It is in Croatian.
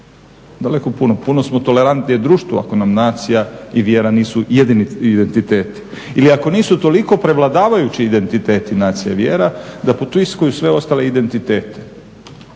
daleko puno. Puno smo tolerantnije društvo ako nam nacija i vjera nisu jedini identitet ili ako nisu toliko prevladavajući identiteti nacija i vjera da potiskuju sve ostale identitete.